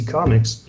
Comics